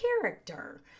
character